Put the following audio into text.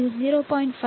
இது 0